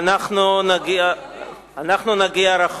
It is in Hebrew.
אנחנו נגיע רחוק.